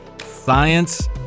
Science